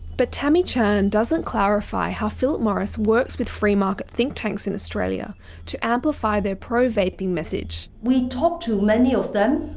but tammy chan doesn't clarify how philip morris works with free market think tanks in australia to amplify the pro-vaping message. we talked to many of them.